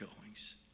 goings